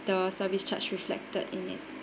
the service charge reflected in it